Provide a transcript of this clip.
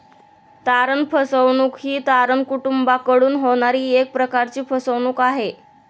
तारण फसवणूक ही तारण कुटूंबाकडून होणारी एक प्रकारची फसवणूक आहे